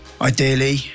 Ideally